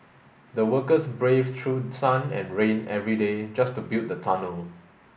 the workers braved through sun and rain every day just to build the tunnel